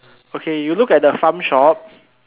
okay you look at the farm shop